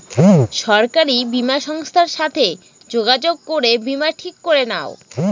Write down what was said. সরকারি বীমা সংস্থার সাথে যোগাযোগ করে বীমা ঠিক করে নাও